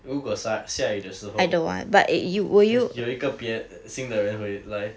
如果下下雨的时候有一个别新的人回来